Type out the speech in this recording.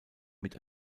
mit